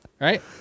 Right